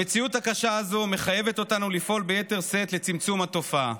המציאות הקשה הזאת מחייבת אותנו לפעול ביתר שאת לצמצום התופעה.